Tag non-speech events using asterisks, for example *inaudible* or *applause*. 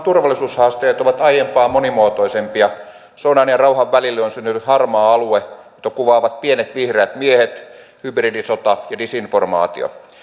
*unintelligible* turvallisuushaasteet ovat aiempaa monimuotoisempia sodan ja rauhan välille on syntynyt harmaa alue jota kuvaavat pienet vihreät miehet hybridisota ja disinformaatio